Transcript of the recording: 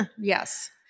Yes